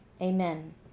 Amen